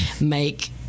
make